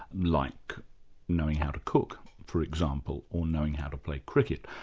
like knowing how to cook for example, or knowing how to play cricket.